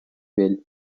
vell